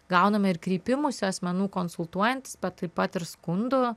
gauname ir kreipimųsi asmenų konsultuojant taip pat ir skundų